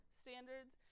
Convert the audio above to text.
standards